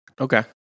Okay